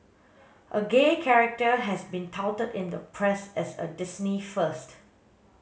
a gay character has been touted in the press as a Disney first